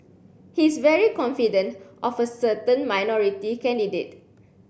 he's very confident of a certain minority candidate